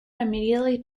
immediately